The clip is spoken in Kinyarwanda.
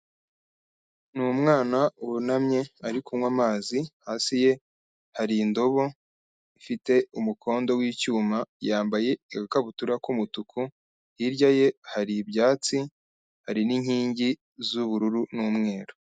Ni umwana wunamye ari kunywa amazi, hasi ye hari indobo ifite umukondo w'icyuma, yambaye agakabutura k'umutuku, hirya ye hari ibyatsi, hari n'inkingi z'ubururu n'umweru.